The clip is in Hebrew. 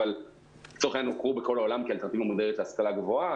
אבל לצורך העניין הם הוכרו בכל העולם כאלטרנטיבה מודרנית להשכלה גבוהה.